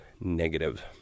negative